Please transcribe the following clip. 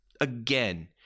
again